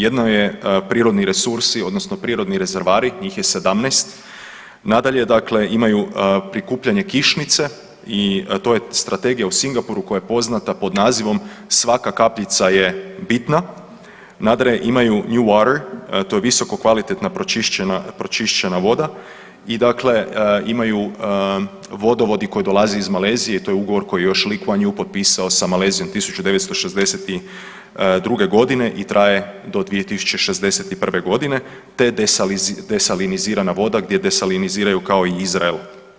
Jedno je prirodni resursi odnosno prirodni rezervoari, njih je 17, nadalje dakle imaju prikupljanje kišnice i to je strategija u Singapuru koja je poznat pod nazivom „svaka kapljica je bitna“, nadalje imaju new water to je visokokvalitetna pročišćena, pročišćena voda i dakle imaju vodovodi koji dolaze iz Malezije, to je ugovor koji je još Li Kvan Ju potpisao sa Malezijom 1962. godine i traje do 2061. godine te desalinizirana voda gdje desaliniziraju kao i Izrael.